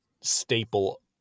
staple